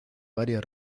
varias